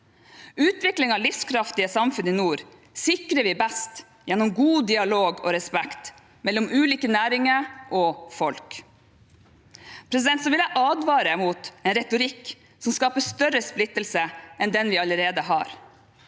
Utvikling av livskraftige samfunn i nord sikrer vi best gjennom god dialog og respekt mellom ulike næringer og folk. Jeg vil advare mot en retorikk som skaper større splittelse enn den vi allerede har.